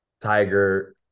Tiger